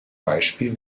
beispiel